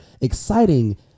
exciting